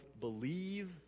believe